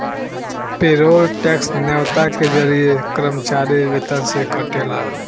payroll tax न्योता के जरिए कर्मचारी वेतन से कटेला